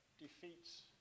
defeats